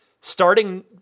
starting